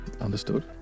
Understood